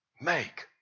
make